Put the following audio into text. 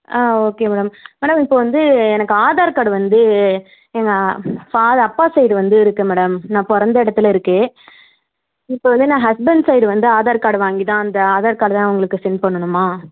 ஆ okay madam madam இப்போது வந்து எனக்கு ஆதார் கார்டு வந்து எங்க ஃபா அப்பா சைடு வந்து இருக்குது மேடம் நான் பிறந்த இடத்தில் இருக்குது இப்போது வந்து நான் ஹஸ்பண்ட் சைடு வந்து ஆதார் கார்டு வாங்கி தான் அந்த ஆதார் கார்டு தான் உங்களுக்கு சென்ட் பண்ணணுமா